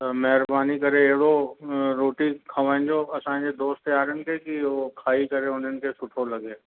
त महिरबानी करे अहिड़ो रोटी खाराइजो असांजे दोस्त यारनि खे कि उहो खाई करे उन्हनि खे सुठो लॻे